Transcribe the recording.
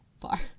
far